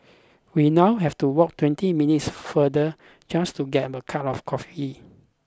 we now have to walk twenty minutes further just to get a cup of coffee